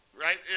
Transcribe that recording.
right